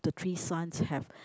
the three sons have